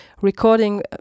recording